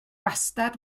wastad